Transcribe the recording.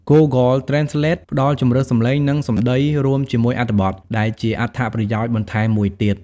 Google Translate ផ្តល់ជម្រើសសំឡេង និងសំដីរួមជាមួយអត្ថបទ ដែលជាអត្ថប្រយោជន៍បន្ថែមមួយទៀត។